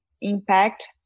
impact